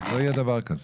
לא יהיה דבר כזה.